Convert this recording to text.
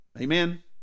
Amen